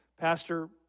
Pastor